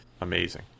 Amazing